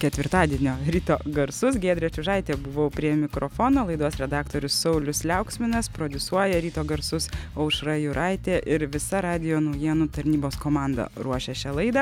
ketvirtadienio ryto garsus giedrė čiužaitė buvau prie mikrofono laidos redaktorius saulius liauksminas prodiusuoja ryto garsus aušra juraitė ir visa radijo naujienų tarnybos komanda ruošė šią laidą